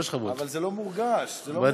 אבל זה לא מורגש, זה לא מורגש.